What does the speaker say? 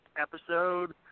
episode